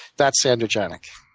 that's androgenic.